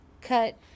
cut